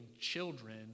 children